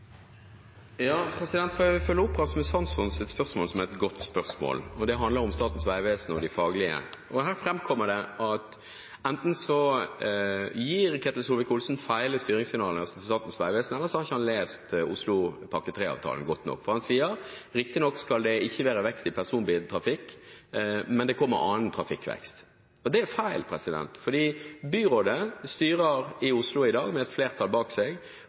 Jeg vil følge opp Rasmus Hanssons spørsmål, som er et godt spørsmål. Det handler om Statens vegvesen og det faglige. Her framkommer det at enten gir Ketil Solvik-Olsen feil styringssignaler til Statens vegvesen, eller så har han ikke lest Oslopakke 3-avtalen godt nok. Han sier at det riktignok ikke skal være vekst i personbiltrafikken, men det kommer annen trafikkvekst. Det er feil. Byrådet styrer i Oslo i dag med et flertall bak seg